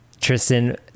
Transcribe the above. Tristan